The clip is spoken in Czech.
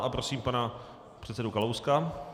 A prosím pana předsedu Kalouska.